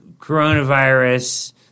coronavirus